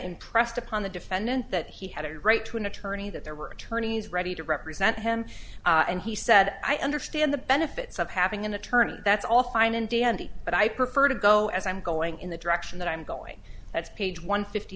impressed upon the defendant that he had a right to an attorney that there were attorneys ready to represent him and he said i understand the benefits of having an attorney that's all fine and dandy but i prefer to go as i'm going in the direction that i'm going that's page one fifty